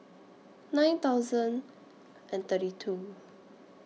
nine thousand and thirty two